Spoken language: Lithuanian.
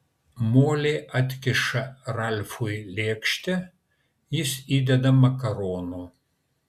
molė atkiša ralfui lėkštę jis įdeda makaronų